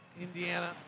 Indiana